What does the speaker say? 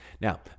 Now